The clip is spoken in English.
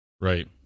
Right